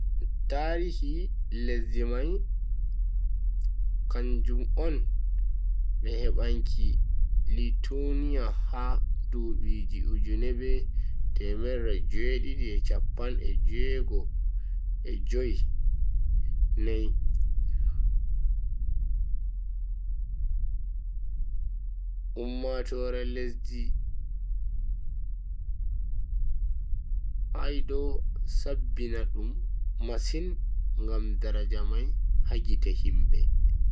Tarihi lesdi mai kanjum on hebanki lithuanian ha dubi ujune be temerre jui e chappan e jue-go e jue-nai. ummatoore lesdi ai do sabbina dum masin ngam daraja mai ha gite mabbe.